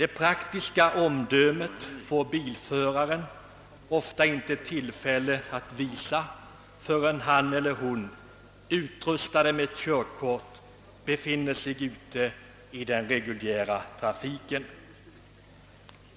Det praktiska omdömet får bilföraren ofta inte tillfälle att visa förrän han eller hon utrustad med körkort befinner sig ute i den reguljära trafiken.